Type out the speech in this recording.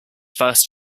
first